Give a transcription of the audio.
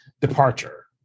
departure